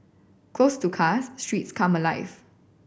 closed to cars streets come alive